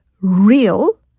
real